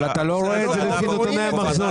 אבל אתה לא רואה את זה לפי נתוני המחזורים.